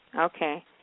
Okay